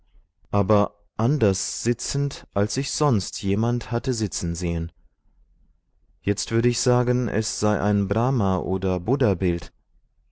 aber anders sitzend als ich sonst jemand hatte sitzen sehen jetzt würde ich sagen es sei ein brahma oder buddhabild